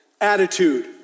attitude